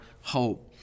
hope